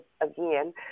again